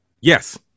Yes